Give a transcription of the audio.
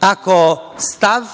ako stav,